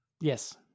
Yes